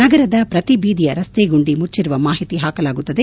ನಗರದ ಪ್ರತಿ ಬೀದಿಯ ರಸ್ತೆ ಗುಂಡಿ ಮುಚ್ಚಿರುವ ಮಾಹಿತಿ ಹಾಕಲಾಗುತ್ತದೆ